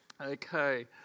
Okay